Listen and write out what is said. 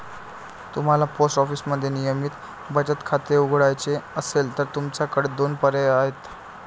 तुम्हाला पोस्ट ऑफिसमध्ये नियमित बचत खाते उघडायचे असेल तर तुमच्याकडे दोन पर्याय आहेत